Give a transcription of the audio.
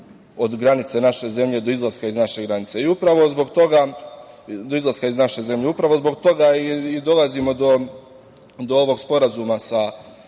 od granice naše zemlje do izlaska iz naših granica. Upravo zbog toga i dolazimo do ovog sporazuma sa